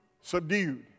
subdued